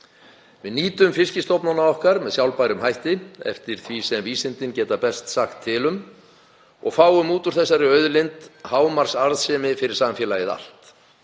Við nýtum fiskstofnana okkar með sjálfbærum hætti eftir því sem vísindin geta best sagt til um og fáum út úr þessari auðlind hámarksarðsemi fyrir samfélagið allt.